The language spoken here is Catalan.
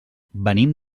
venim